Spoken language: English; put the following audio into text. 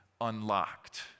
unlocked